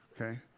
Okay